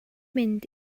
mynd